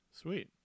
sweet